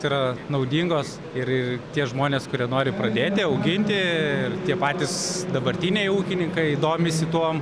tai yra naudingos ir ir tie žmonės kurie nori pradėti auginti ir tie patys dabartiniai ūkininkai domisi tuom